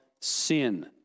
sin